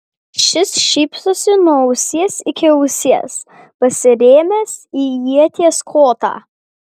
šis šypsosi nuo ausies iki ausies pasirėmęs į ieties kotą